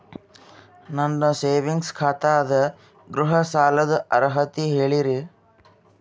ನನ್ನ ಸೇವಿಂಗ್ಸ್ ಖಾತಾ ಅದ, ಗೃಹ ಸಾಲದ ಅರ್ಹತಿ ಹೇಳರಿ?